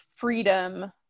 freedom